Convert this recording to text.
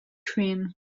cream